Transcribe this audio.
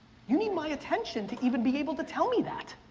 you need my attention to even be able to tell me that.